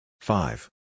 five